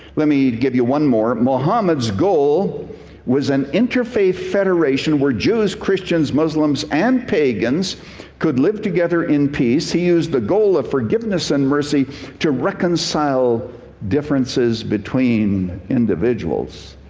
let me give you one more. muhammad's goal was an interfaith federation where jews, christians, muslims, and pagans could live together in peace. he used the goal of forgiveness and mercy to reconcile differences between individuals.